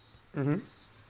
mmhmm